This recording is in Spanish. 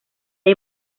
hay